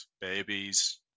babies